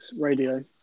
radio